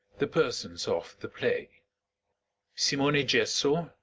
the persons of the play simone gesso,